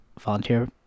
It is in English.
volunteer